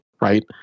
right